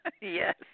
yes